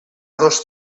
dos